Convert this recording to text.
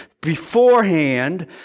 beforehand